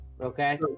Okay